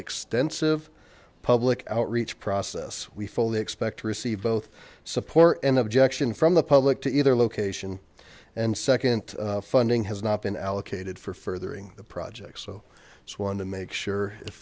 extensive public outreach process we fully expect to receive both support and objection from the public to either location and second funding has not been allocated for furthering the project so it's wanted to make sure